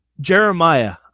Jeremiah